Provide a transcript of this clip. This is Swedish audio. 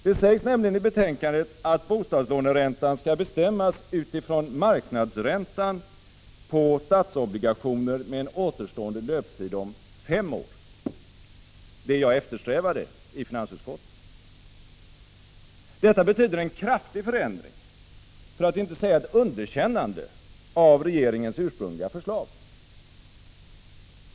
Det sägs nämligen i betänkandet att bostadslåne 13 december 1985 räntan skall bestämmas utifrån marknadsräntan på statsobligationermeden = JY. dö org återstående löptid om fem år — det jag eftersträvade i finansutskottet. Detta betyder en kraftig förändring, för att inte säga ett underkännande, av regeringens ursprungliga förslag.